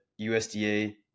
USDA